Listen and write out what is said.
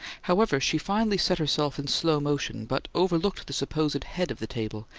however, she finally set herself in slow motion but overlooked the supposed head of the table,